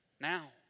now